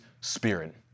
Spirit